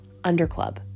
Underclub